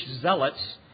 zealots